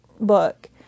book